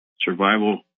survival